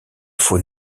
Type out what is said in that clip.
faux